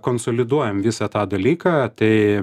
konsoliduojam visą tą dalyką tai